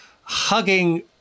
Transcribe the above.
hugging